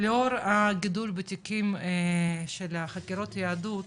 לאור הגידול בתיקים של החקירות יהדות,